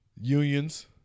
Unions